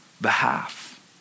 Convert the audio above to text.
behalf